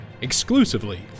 exclusively